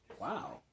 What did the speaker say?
Wow